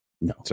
No